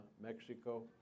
Mexico